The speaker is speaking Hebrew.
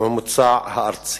הממוצע הארצי.